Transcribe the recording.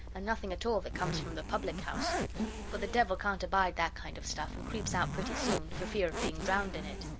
and nothing at all that comes from the public-house for the devil can't abide that kind of stuff, and creeps out pretty soon, for fear of being drowned in it.